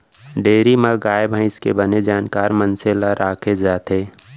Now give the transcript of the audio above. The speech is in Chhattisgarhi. डेयरी म गाय भईंस के बने जानकार मनसे ल राखे जाथे